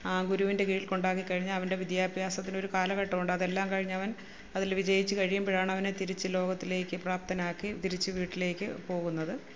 ആ ഗുരുവിൻ്റെ കീഴിൽ കൊണ്ടാക്കി കഴിഞ്ഞാൽ അവൻ്റെ വിദ്യാഭാസ്യത്തിനൊരു കാലഘട്ടമുണ്ട് അതെല്ലാം കഴിഞ്ഞ് അവൻ അതിൽ വിജയിച്ച് കഴിയുമ്പോഴാണ് അവനെ തിരിച്ച് ലോകത്തിലേക്ക് പ്രാപ്തനാക്കി തിരിച്ച് വീട്ടിലേക്ക് പോവുന്നത്